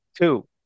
Two